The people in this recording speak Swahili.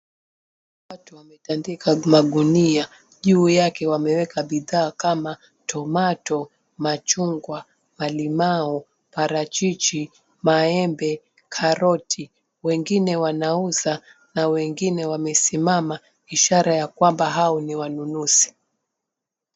Watu wametandika magunia. Juu yake wameweka bidhaa kama tomato , machungwa, malimau, parachichi, maembe, karoti. Wengine wanauza na wengine wamesimama, ishara ya kwamba hao ni wanunuzi.